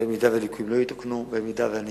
ואם הליקויים לא יתוקנו: במידה שאני